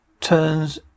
turns